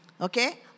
Okay